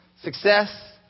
Success